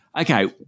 Okay